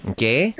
Okay